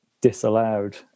disallowed